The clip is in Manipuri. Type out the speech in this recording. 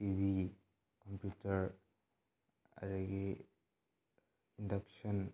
ꯇꯤ ꯚꯤ ꯀꯝꯄ꯭ꯌꯨꯇꯔ ꯑꯗꯒꯤ ꯏꯟꯗꯛꯁꯟ